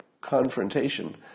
confrontation